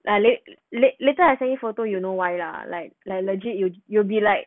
like late~ later I send you photo you know why lah like like legit you you will be like